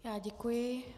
Já děkuji.